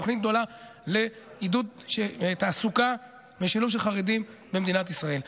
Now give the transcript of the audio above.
ותוכנית גדולה לעידוד תעסוקה ושילוב של חרדים במדינת ישראל.